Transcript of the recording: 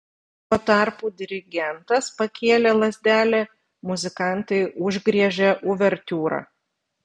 tuo tarpu dirigentas pakėlė lazdelę muzikantai užgriežė uvertiūrą